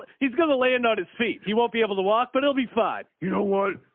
he's going to lay a note, his feet. he won't be able to walk, but it'll be fine. you know what?